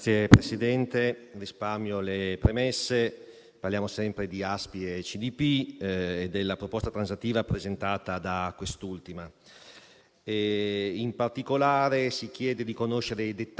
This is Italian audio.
In particolare, si chiede di conoscere i dettagli della proposta, con riguardo soprattutto alle quote di capitale che saranno acquistate da Cassa depositi e prestiti e da altri eventuali investitori.